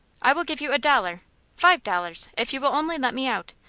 i will give you a dollar five dollars if you will only let me out.